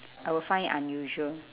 I will find it unusual